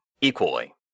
equally